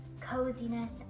coziness